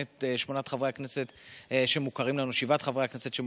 ומעבר להגירה זו ישנה גם